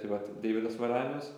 tai vat deividas varanius